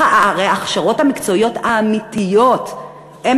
הרי ההכשרות המקצועיות האמיתיות הן